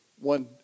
One